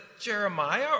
Jeremiah